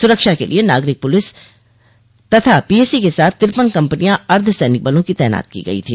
सुरक्षा के लिए नागरिक पलिस तथा पीएसी के साथ तिरपन कम्पनियां अर्द्व सैनिक बलों की तैनात की गई थी